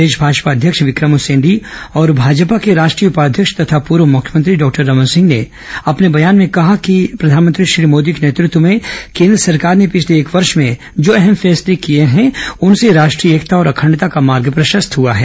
प्रदेश भाजपा अध्यक्ष विक्रम उसेंडी और भाजपा के राष्ट्रीय उपाध्यक्ष तथा पूर्व मुख्यमंत्री डॉक्टर रमन सिंह ने अपने बयान में कहा है कि प्रधानमंत्री श्री मोदी के नेतृत्व में केन्द्र सरकार ने पिछले एक वर्ष में जो अहम फैसले लिए हैं उनसे राष्ट्रीय एकता और अखंडता का मार्ग प्रशस्त हुआ है